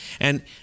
And-